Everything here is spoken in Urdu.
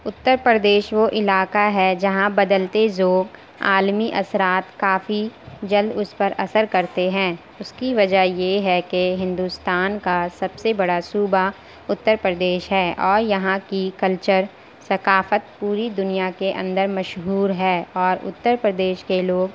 اتّر پردیش وہ علاقہ ہے جہاں بدلتے ذوق عالمی اثرات کافی جلد اس پر اثر کرتے ہیں اس کی وجہ یہ ہے کہ ہندوستان كا سب سے بڑا صوبہ اتّر پردیش ہے اور یہاں كی کلچر ثقافت پوری دنیا كے اندر مشہور ہے اور اتّر پردیش كے لوگ